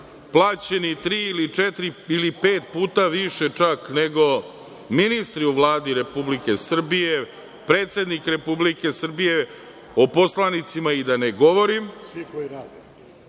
plaćeni tri ili četiri ili pet puta više nego ministri u Vladi Republike Srbije, predsednik Republike Srbije, o poslanicima da i ne govorim,